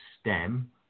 stem